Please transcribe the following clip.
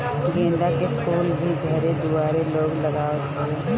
गेंदा के फूल भी घरे दुआरे लोग लगावत हवे